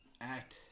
act